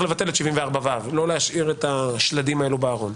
לבטל את 74ו. לא להשאיר את השלדים האלו בארון.